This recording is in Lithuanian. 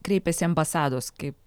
kreipiasi ambasados kaip